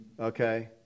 Okay